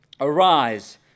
arise